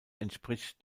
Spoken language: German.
entspricht